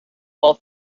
while